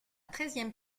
treizième